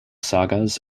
sagas